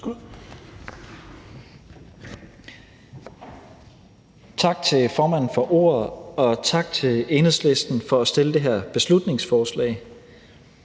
Tak til formanden for ordet, og tak til Enhedslisten for at fremsætte det her beslutningsforslag,